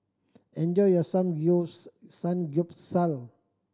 enjoy your Samgyeopsal